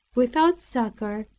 without succor,